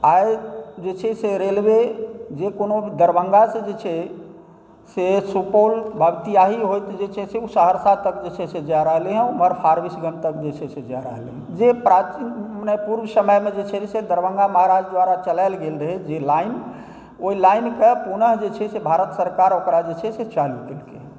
आइ जे छै से रेलवे जे कोनो दरभङ्गासँ जे छै से सुपौल भपटिआही होइत जे छै से ओ सहरसा तक जे छै से जा रहलैए ओमहर फारबिसगञ्ज तक जे छै से जा रहलैए जे प्राचीन पूर्व समयमे जे छै से दरभङ्गा महाराज द्वारा चलाएल गेल रहै जे लाइन ओहि लाइनके पुनः जे छै से भारत सरकार ओकरा जे छै से चालू केलकै हँ